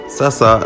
sasa